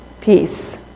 peace